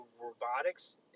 robotics